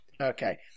Okay